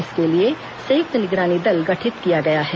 इसके लिए संयुक्त निगरानी दल गठित किया गया है